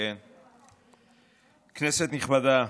כנסת נכבדה,